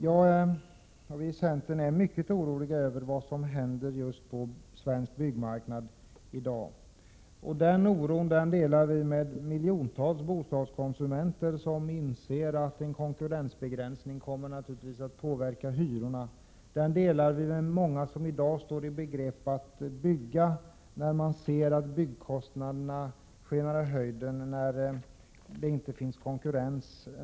Vi i centern är mycket oroliga över vad som händer på den svenska byggmarknaden i dag. Denna oro delar vi med miljontals bostadskonsumenter, som inser att en konkurrensbegränsning naturligtvis kommer att påverka hyrorna. Den oron delar vi också med dem som i dag står i begrepp att bygga och som ser att byggkostnaderna skjuter i höjden då det inte finns någon konkurrens.